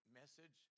message